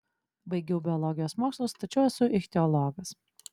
baigiau biologijos mokslus tačiau esu ichtiologas